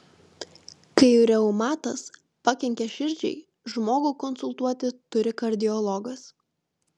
kai reumatas pakenkia širdžiai žmogų konsultuoti turi kardiologas